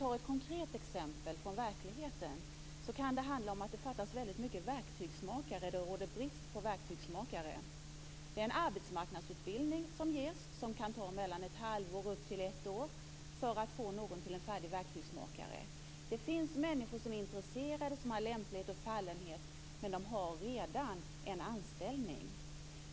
Det kan handla om att det råder brist på verktygsmakare. Den arbetsmarknadsutbildning som krävs för att någon skall bli färdig verktygsmakare tar mellan ett halvår och upp till ett år. Det finns människor som är intresserade, som har lämplighet och fallenhet, men de har redan en anställning.